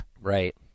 Right